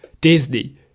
Disney